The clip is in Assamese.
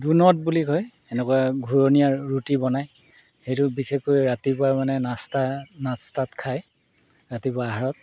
ডোনট বুলি কয় এনেকুৱা ঘূৰণীয়া ৰুটি বনায় সেইটো বিশেষকৈ ৰাতিপুৱা মানে নাস্তা নাস্তাত খায় ৰাতিপুৱা আহাৰত